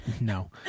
No